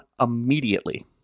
immediately